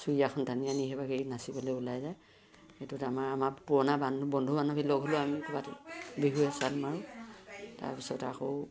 চুৰিয়াখন টানি আনি সেইভাগেই নাচিবলে ওলাই যায় সেইটোত আমাৰ আমাৰ পুৰণা বন্ধু বান্ধৱী লগ হ'লেও আমি ক'ৰবাত বিহু এচাট মাৰোঁ তাৰপিছত আকৌ